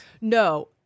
No